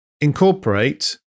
incorporate